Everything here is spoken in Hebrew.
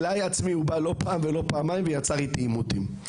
אליי הוא הגיע לא פעם ולא פעמיים ויצר איתי עימותים.